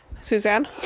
Suzanne